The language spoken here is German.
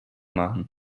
machen